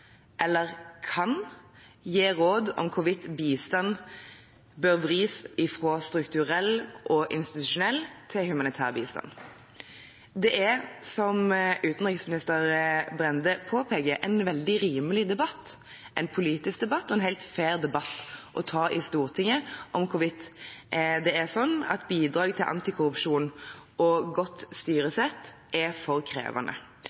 eller kan gi råd om hvorvidt bistand bør vris fra strukturell og institusjonell bistand til humanitær bistand. Dette er, som utenriksminister Brende påpeker, en veldig rimelig debatt, en politisk debatt og en helt fair debatt å ta i Stortinget – en debatt om hvorvidt det er slik at bidrag til antikorrupsjon og godt styresett er for krevende.